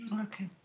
Okay